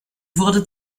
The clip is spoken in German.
wurde